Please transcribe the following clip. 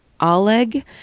Oleg